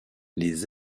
les